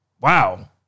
Wow